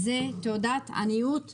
זאת תעודת עניות למדינה.